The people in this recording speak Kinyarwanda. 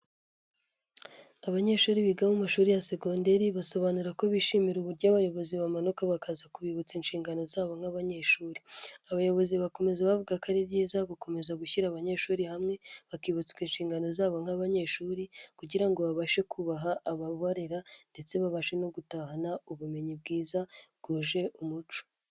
Abanyeshuri biga mu mashuri ya segonderi basobanura ko bishimira uburyo abayobozi bamanuka bakaza kubibutsa inshingano zabo nk'abanyeshuri. Abayobozi bakomeza bavuga ko ari byiza gukomeza gushyira abanyeshuri hamwe bakibutswa inshingano zabo nk'abanyeshuri, kugira ngo babashe kubaha ababarera ndetse babashe no gutahana ubumenyi bwiza bwuje umuco.